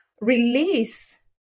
release